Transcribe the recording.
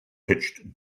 pitched